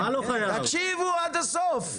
תקשיבו עד הסוף.